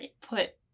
put